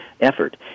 effort